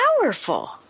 powerful